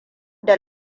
da